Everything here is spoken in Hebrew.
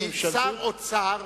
כי שר אוצר